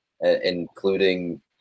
including